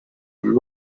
and